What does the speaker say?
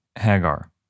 Hagar